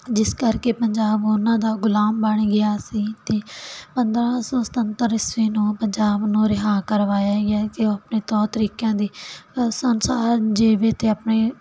ਜਿਸ ਕਰਕੇ ਪੰਜਾਬ ਉਨ੍ਹਾਂ ਦਾ ਗੁਲਾਮ ਬਣ ਗਿਆ ਸੀ ਅਤੇ ਪੰਦਰ੍ਹਾਂ ਸੌ ਸਤੱਤਰ ਇਸਵੀ ਨੂੰ ਪੰਜਾਬ ਨੂੰ ਰਿਹਾਅ ਕਰਵਾਇਆ ਗਿਆ ਕਿ ਉਹ ਆਪਣੇ ਤੌਰ ਤਰੀਕਿਆਂ ਦੀ ਸੰਸਾ ਹਾਲ ਜੀਵੇ ਅਤੇ ਆਪਣੇ